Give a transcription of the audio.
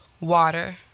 water